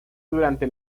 durante